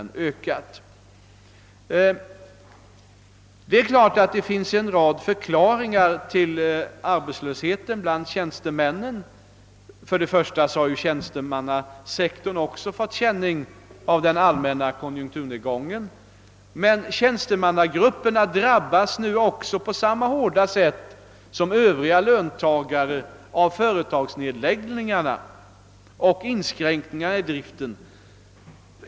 Det är klart att det finns en rad förklaringar till arbetslösheten bland tjänstemännen. Först och främst har tjänstemannasektorn också fått känning av den allmänna <konjunkturnedgången, men tjänstemannagrupperna drabbas nu också på samma hårda sätt som övriga löntagare av företagsnedläggelserna och inskränkningarna i driften.